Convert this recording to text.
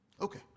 Okay